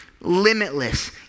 limitless